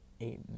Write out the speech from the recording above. eight